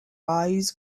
eyes